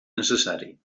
necessari